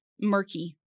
murky